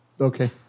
Okay